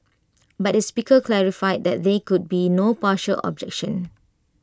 but the speaker clarified that there could be no partial objection